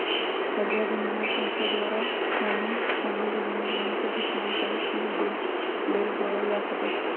करजा देनिहार संस्था द्वारा कोनो समय डिमांड लोन के भुगतान करेक लेल बोलायल जा सकइ छइ